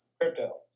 crypto